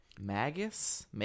magus